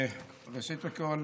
ראשית לכול,